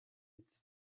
its